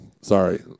Sorry